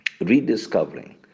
rediscovering